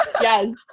Yes